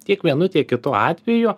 tiek vienu tiek kitu atveju